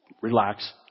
Relax